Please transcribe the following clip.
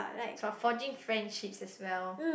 it's about forging friendships as well